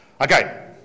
Okay